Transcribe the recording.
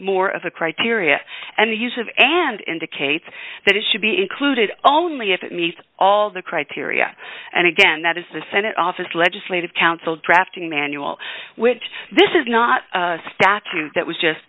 more of a criteria and the use of end indicates that it should be included only if it meets all the criteria and again that is the senate office legislative council drafting manual which this is not a statute that was just